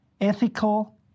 ethical